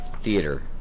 theater